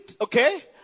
okay